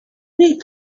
need